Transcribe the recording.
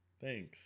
Thanks